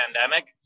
pandemic